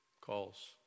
calls